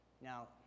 now